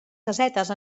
casetes